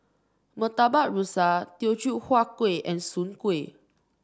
Murtabak Rusa Teochew Huat Kuih and Soon Kuih